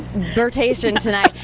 birtation tonight,